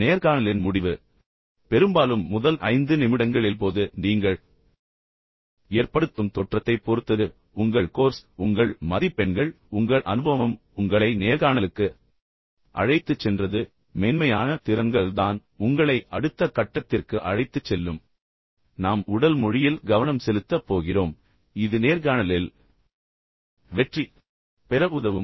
நேர்காணலின் முடிவு பெரும்பாலும் முதல் ஐந்து நிமிடங்களில் போது நீங்கள் ஏற்படுத்தும் தோற்றத்தைப் பொறுத்தது உங்கள் கோர்ஸ் உங்கள் மதிப்பெண்கள் மற்றும் உங்கள் அனுபவம் உங்களை நேர்காணலுக்கு அழைத்துச் சென்றது ஆனால் மென்மையான திறன்கள்தான் உங்களை அடுத்த கட்டத்திற்கு அழைத்துச் செல்லும் மற்றும் மென்மையான திறன்களில் நாங்கள் குறிப்பாக உடல் மொழியில் கவனம் செலுத்தப் போகிறோம் இது நேர்காணலில் வெற்றிபெற உதவும்